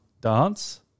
dance